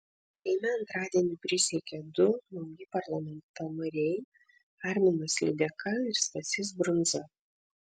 seime antradienį prisiekė du nauji parlamento nariai arminas lydeka ir stasys brundza